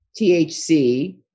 THC